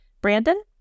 Brandon